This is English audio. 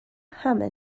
hammer